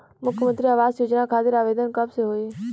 मुख्यमंत्री आवास योजना खातिर आवेदन कब से होई?